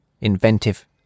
inventive